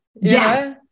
Yes